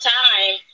time